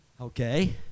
Okay